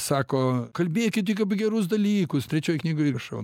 sako kalbėkit tik apie gerus dalykus trečioj knygoj rašau